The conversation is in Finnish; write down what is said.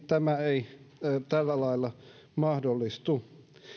tämä ei tällä lailla mahdollistu